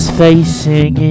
facing